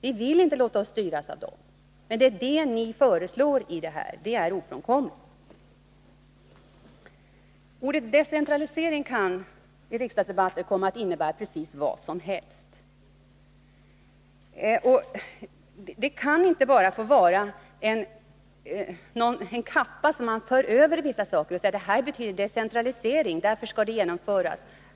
Vi vill inte låta oss styras av dem. — Men det är det ni föreslår i propositionen. Den följden är ofrånkomlig. Ordet decentralisering kan i en riksdagsdebatt innebära precis vad som helst. Det borde inte få vara en kappa som man lägger över sina förslag. Man säger: Det här betyder en decentralisering — därför skall det genomföras.